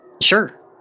Sure